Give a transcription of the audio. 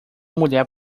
mulher